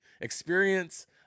experience